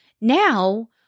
Now